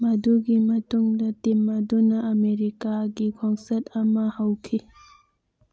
ꯃꯗꯨꯒꯤ ꯃꯇꯨꯡꯗ ꯇꯤꯝ ꯑꯗꯨꯅ ꯑꯃꯦꯔꯤꯀꯥꯒꯤ ꯈꯣꯡꯆꯠ ꯑꯃ ꯍꯧꯈꯤ